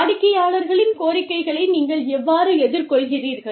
வாடிக்கையாளர்களின் கோரிக்கைகளை நீங்கள் எவ்வாறு எதிர்கொள்கிறீர்கள்